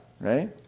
right